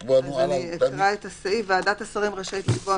"הגבלת התקהלות 19. ועדת השרים רשאית לקבוע,